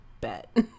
bet